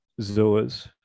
Zoas